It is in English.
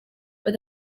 but